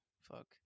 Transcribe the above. fuck